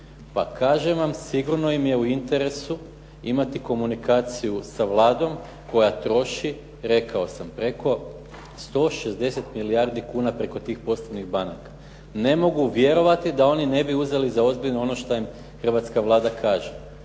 Pa kažem vam, sigurno im je u interesu imati komunikaciju sa Vladom koja troši rekao sam preko 160 milijardi kuna preko tih poslovnih banaka. Ne mogu vjerovati da oni ne bi uzeli za ozbiljno ono što im hrvatska Vlada kaže,